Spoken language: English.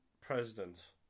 president